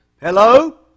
Hello